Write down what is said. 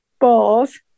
balls